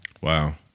Wow